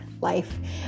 life